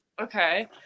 Okay